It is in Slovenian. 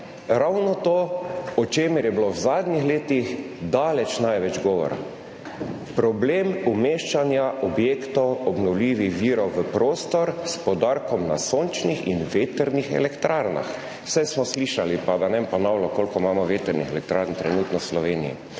ravno to, o čemer je bilo v zadnjih letih daleč največ govora – problem umeščanja objektov obnovljivih virov v prostor, s poudarkom na sončnih in vetrnih elektrarnah. Saj smo slišali, pa da ne bom ponavljal, koliko imamo trenutno vetrnih elektrarn v Sloveniji.